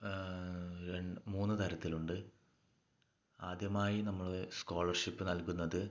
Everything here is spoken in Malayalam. രന് മൂന്ന് തരത്തിലുണ്ട് ആദ്യമായി നമ്മൾ സ്കോളർഷിപ്പ് നൽകുന്നത്